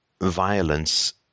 violence